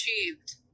achieved